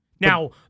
Now